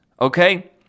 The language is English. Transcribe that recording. okay